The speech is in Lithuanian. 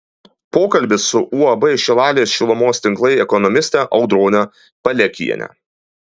pokalbis su uab šilalės šilumos tinklai ekonomiste audrone palekiene